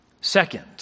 Second